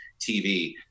TV